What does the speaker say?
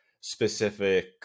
specific